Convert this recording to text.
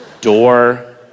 door